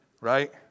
right